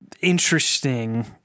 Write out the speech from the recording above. interesting